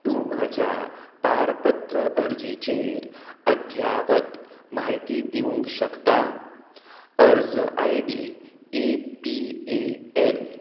तूं म्हज्या पारपत्र अर्जीचेर अध्यावत म्हायती दिवंक शकता अर्ज I D A P A L